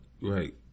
Right